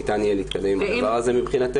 ניתן יהיה להתקדם עם הדבר הזה מבחינתנו.